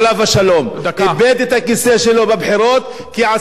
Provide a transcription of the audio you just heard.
איבד את הכיסא שלו בבחירות כי עשה תוכנית מיתאר בג'ת.